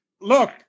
look